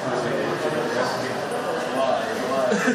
ובדיזל וסולר או מזוט.